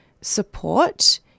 support